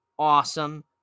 awesome